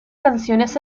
canciones